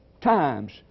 times